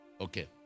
Okay